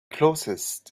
closest